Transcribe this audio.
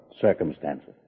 circumstances